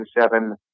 seven